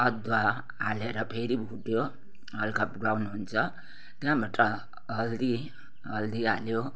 अदुवा हालेर फेरि भुट्यो हल्का ब्राउन हुन्छ त्यहाँबाट हल्दी हल्दी हाल्यो